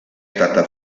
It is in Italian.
stata